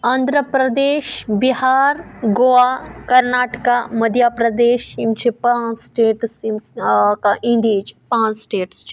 آنٛدھرٛا پرٛدیش بِہار گوٚوا کرناٹکہ مٔدھیہ پرٛدیش یِم چھِ پانٛژھ سِٹیٹٕس یِم ٲں اِنڈیِا ہٕچ پانٛژھ سِٹیٹٕس چھِ